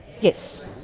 Yes